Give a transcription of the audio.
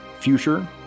future